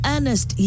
Ernest